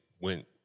went